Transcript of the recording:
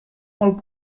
molt